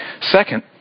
Second